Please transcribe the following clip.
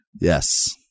Yes